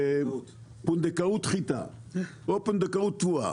פונדקאות חיטה או פונדקאות תבואה.